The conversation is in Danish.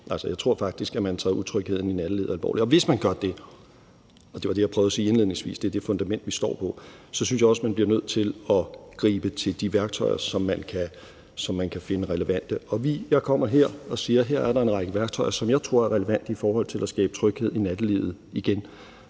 jeg tror faktisk, at man tager utrygheden i nattelivet alvorligt, og hvis man gør det, og det var det, jeg prøvede at sige indledningsvis – det er det fundament, vi står på – så synes jeg også, man bliver nødt til at gribe til de værktøjer, som man kan finde relevante. Jeg kommer her og siger, at her er der en række værktøjer, som jeg tror er relevante i forhold til at skabe tryghed i nattelivet igen,